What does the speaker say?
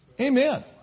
Amen